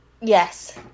Yes